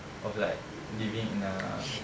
of like living in a